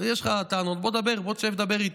הרי יש לך טענות, בוא, דבר, בוא, תשב, תדבר איתי.